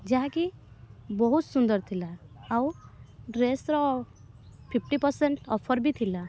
ଯାହାକି ବହୁତ ସୁନ୍ଦର ଥିଲା ଆଉ ଡ୍ରେସ୍ର ଫିଫ୍ଟି ପରସେଣ୍ଟ୍ ଅଫର୍ ବି ଥିଲା